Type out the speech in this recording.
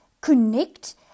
connect